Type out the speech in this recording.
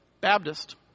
Baptist